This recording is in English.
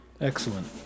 Excellent